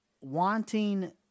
wanting